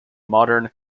modern